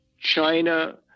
China